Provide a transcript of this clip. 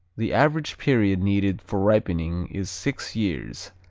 the average period needed for ripening is six years,